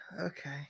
Okay